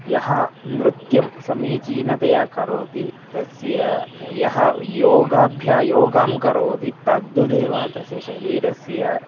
यः नृत्यं समीचीनतया करोति तस्य यः योगाभ्यासं योगां करोति तद्वदेव तस्य शरीरस्य